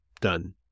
Done